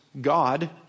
God